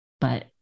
but-